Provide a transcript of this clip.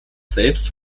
selbst